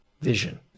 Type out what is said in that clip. vision